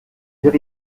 c’est